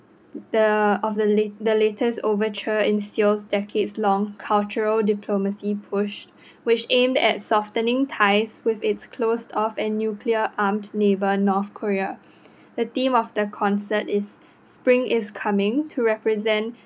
the of the la~ the latest overture in Seoul's decades long cultural diplomacy push which aims at softening ties with its closed off and nuclear armed neighbour north of Korea the theme of the concert is spring is coming to represent